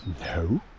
no